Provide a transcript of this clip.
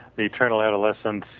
the eternal adolescence